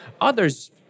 Others